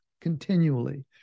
continually